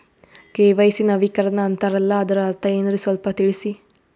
KYC ನವೀಕರಣ ಅಂತಾರಲ್ಲ ಅದರ ಅರ್ಥ ಏನ್ರಿ ಸ್ವಲ್ಪ ತಿಳಸಿ?